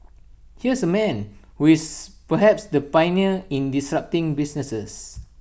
here's A man who is perhaps the pioneer in disrupting businesses